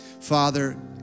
Father